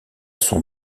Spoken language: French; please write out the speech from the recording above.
son